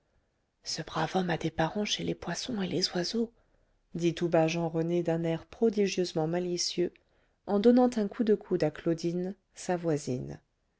ce brave homme a des parents chez les poissons et les oiseaux dit tout bas jean rené d'un air prodigieusement malicieux en donnant un coup de coude à claudine sa voisine